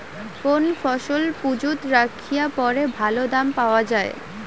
কোন ফসল মুজুত রাখিয়া পরে ভালো দাম পাওয়া যায়?